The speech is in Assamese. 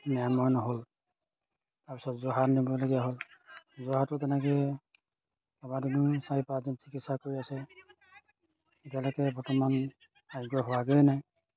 নিৰাময় নহ'ল তাৰপিছত যোৰহাট নিবলগীয়া হ'ল যোৰহাততো তেনেকৈ কেইবাদিনো চাৰি পাঁচজন চিকিৎসা কৰি আছে এতিয়ালৈকে বৰ্তমান আৰোগ্য হোৱাগৈয়ে নাই